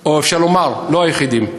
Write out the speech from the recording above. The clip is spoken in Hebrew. או אפשר לומר לא היחידים,